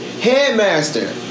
Headmaster